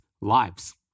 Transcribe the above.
lives